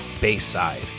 Bayside